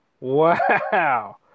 Wow